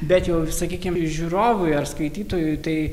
bet jau sakykim žiūrovui ar skaitytojui tai